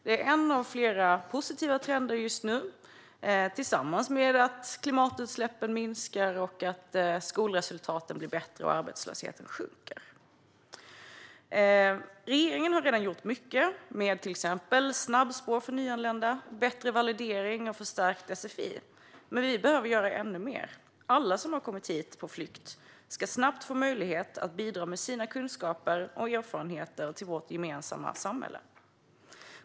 Det är en av flera positiva trender just nu tillsammans med att klimatutsläppen minskar, skolresultaten blir bättre och arbetslösheten sjunker. Regeringen har redan gjort mycket med till exempel snabbspår för nyanlända, bättre validering och förstärkt sfi. Men vi behöver göra ännu mer. Alla som har kommit hit på flykt ska snabbt få möjlighet att bidra med sina kunskaper och erfarenheter till vårt gemensamma samhälle.